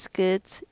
goods